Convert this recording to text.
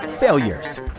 failures